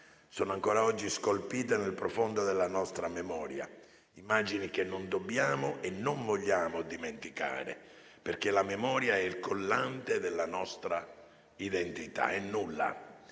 sono ancora oggi scolpite nel profondo della nostra memoria; immagini che non dobbiamo e non vogliamo dimenticare perché la memoria è il collante della nostra identità. Nulla